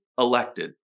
elected